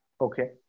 Okay